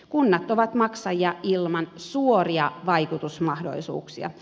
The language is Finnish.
kunnat ovat maksajia ilman suoria vaikutusmahdollisuuksia